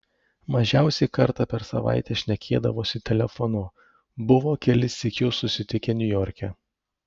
mažiausiai kartą per savaitę šnekėdavosi telefonu buvo kelis sykius susitikę niujorke